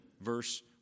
verse